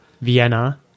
Vienna